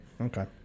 Okay